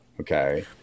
Okay